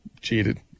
cheated